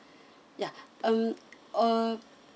ya um uh